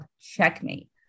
Checkmate